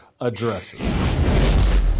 addresses